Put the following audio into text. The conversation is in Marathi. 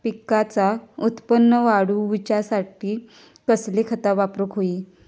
पिकाचा उत्पन वाढवूच्यासाठी कसली खता वापरूक होई?